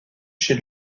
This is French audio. chez